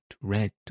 red